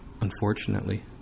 Unfortunately